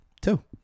Two